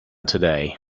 today